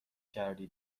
کردی